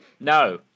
No